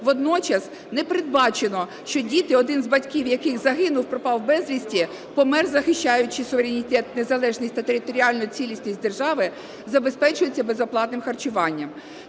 водночас непередбачено, що діти, один з батьків яких загинув (пропав безвісти), помер, захищаючи суверенітет, незалежність та територіальну цілісність держави, забезпечується безоплатним харчуванням.